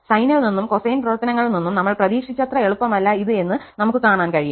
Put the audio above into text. സൈനിൽ നിന്നും കൊസൈൻ പ്രവർത്തനങ്ങളിൽ നിന്നും നമ്മൾ പ്രതീക്ഷിച്ചത്ര എളുപ്പമല്ല ഇത് എന്ന് നമുക്ക് കാണാൻ കഴിയും